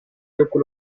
dopo